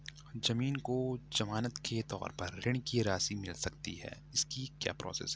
ज़मीन को ज़मानत के तौर पर ऋण की राशि मिल सकती है इसकी क्या प्रोसेस है?